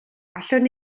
allwn